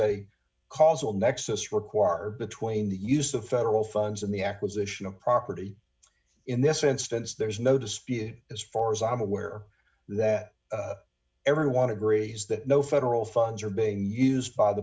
a causal nexus require between the use of federal funds and the acquisition of property in this instance there's no dispute as far as i'm aware that everyone agrees that no federal funds are being used by the